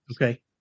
Okay